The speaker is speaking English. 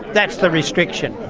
that's the restriction.